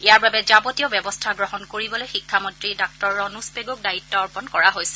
ইয়াৰ বাবে যাৱতীয় ব্যৱস্থা গ্ৰহণ কৰিবলৈ শিক্ষামন্ত্ৰী ডাঃ ৰণোজ পেণুক দায়িত্ব অৰ্পণ কৰা হৈছে